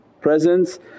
presence